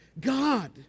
God